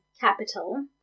capital